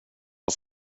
vad